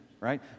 right